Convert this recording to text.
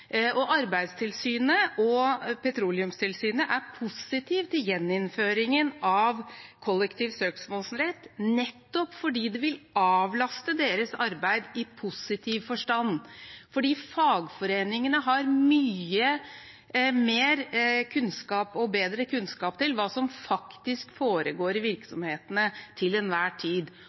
Arbeidstilsynet og Petroleumstilsynet er positive til gjeninnføringen av kollektiv søksmålsrett, nettopp fordi det vil avlaste deres arbeid i positiv forstand, fordi fagforeningene har mye mer og bedre kunnskap om hva som faktisk foregår i virksomhetene til enhver tid.